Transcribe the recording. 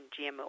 GMO